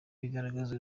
bigaragaza